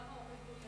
למה הורידו,